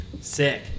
Sick